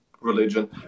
religion